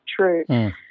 true